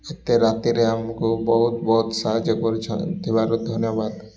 ଏତେ ରାତିରେ ଆମକୁ ବହୁତ ବହୁତ ସାହାଯ୍ୟ କରୁ ଥିବାରୁ ଧନ୍ୟବାଦ